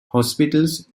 hospitals